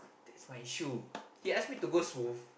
that's my issue he ask me to go smooth